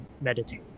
meditate